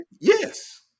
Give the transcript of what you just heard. Yes